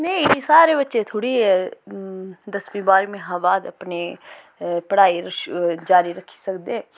नेईं सारे बच्चे थोह्ड़ी एह् दसमीं बाह्रमी हा बाद अपनी पढ़ाई जारी रक्खी सकदे